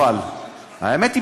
אבל האמת היא,